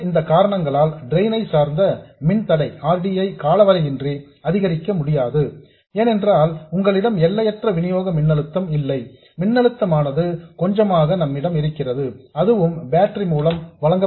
எனவே இந்த காரணங்களால் டிரெயின் ஐ சார்ந்த மின்தடை R D ஐ காலவரையின்றி அதிகரிக்க முடியாது ஏனென்றால் உங்களிடம் எல்லையற்ற வினியோக மின்னழுத்தம் இல்லை மின்னழுத்தமானது கொஞ்சமாக நம்மிடம் இருக்கிறது அதுவும் பேட்டரி மூலம் வழங்கப்படுகிறது